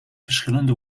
verschillende